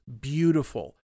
beautiful